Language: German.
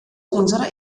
unserer